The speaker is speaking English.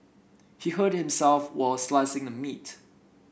he hurt himself while slicing the meat